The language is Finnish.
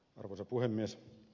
arvoisa puhemies